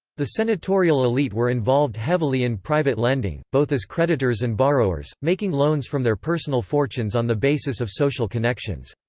the senatorial elite were involved heavily in private lending, both as creditors and borrowers, making loans from their personal fortunes on the basis of social connections.